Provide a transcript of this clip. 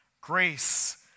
grace